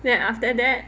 then after that